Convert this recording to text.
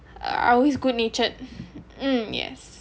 are always good natured mm yes